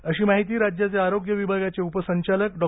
अशी माहिती राज्याचे आरोग्य विभागाचे उपसंचालक डॉ